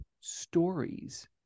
stories